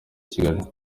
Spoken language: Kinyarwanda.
kigali